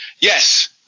yes